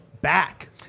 back